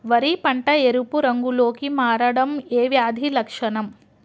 వరి పంట ఎరుపు రంగు లో కి మారడం ఏ వ్యాధి లక్షణం?